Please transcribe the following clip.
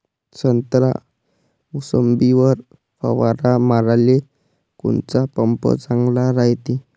संत्रा, मोसंबीवर फवारा माराले कोनचा पंप चांगला रायते?